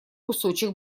кусочек